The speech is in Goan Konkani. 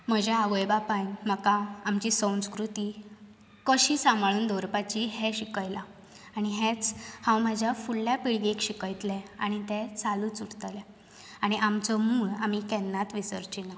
म्हज्या आवय बापायाक म्हाका आमची संस्कृती कशीं सांबाळुन दवरपाची हें शिकयलां आनी हेंच हांव म्हज्या फुडल्या पिळगेक शिकयतलें आनी तें चालुंच उरतलें आनी आमचो मूळ आमी केन्नांत विसरचेना